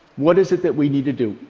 what is it that we need to do?